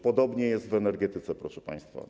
Podobnie jest w energetyce, proszę państwa.